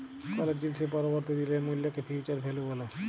call জিলিসের পরবর্তী দিলের মূল্যকে ফিউচার ভ্যালু ব্যলে